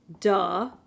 Duh